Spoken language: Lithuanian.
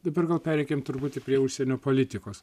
dabar gal pereikim truputį prie užsienio politikos